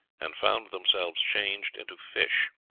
and found themselves changed into fish.